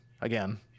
again